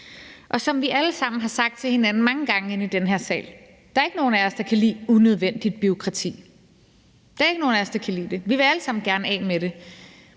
Som vi alle sammen har sagt til hinanden mange gange inde i den her sal, er der ikke nogen af os, der kan lide unødvendig bureaukrati. Der er ikke nogen af os, der kan lide det. Vi vil alle sammen gerne af med det.